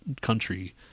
country